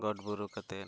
ᱜᱚᱴ ᱵᱩᱨᱩ ᱠᱟᱛᱮᱫ